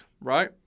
right